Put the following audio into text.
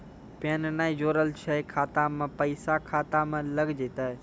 Pan ने जोड़लऽ छै खाता मे पैसा खाता मे लग जयतै?